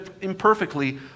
imperfectly